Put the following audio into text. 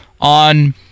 on